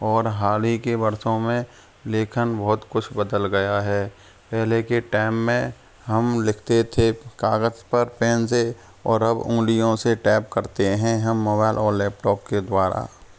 और हालहि के वर्षों में लेखन बहुत कुछ बदल गया है पहले के टाइम में हम लिखते थे कागज़ पर पेन से और अब उंगलियों से टैप करते हैं हम मोबाइल और लैपटॉप के द्वारा